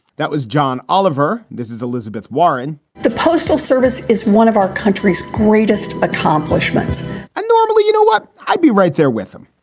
that was john oliver. this is elizabeth warren the postal service is one of our country's greatest accomplishments and you know what? i'd be right there with them.